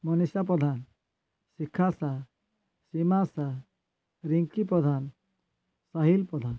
ମନିଷା ପ୍ରଧାନ ଶିଖା ସା ସୀମା ସା ରିଙ୍କି ପ୍ରଧାନ ସାହିଲ୍ ପ୍ରଧାନ